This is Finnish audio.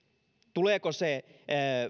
tuleeko se